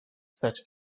such